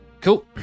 Cool